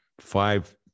five